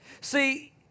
See